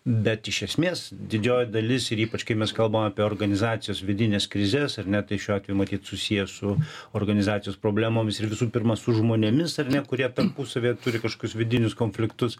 bet iš esmės didžioji dalis ir ypač kai mes kalbam apie organizacijos vidines krizes ar ne tai šiuo atveju matyt susiję su organizacijos problemomis ir visų pirma su žmonėmis ar ne kurie tarpusavyje turi kažkokius vidinius konfliktus